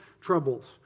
troubles